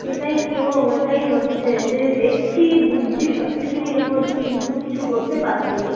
এটাই তো এটাই হচ্ছে যে দেখছি বুঝছি সব কিছুই এ করছি কিন্তু কিছু করতে পারছি না